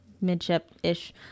midship-ish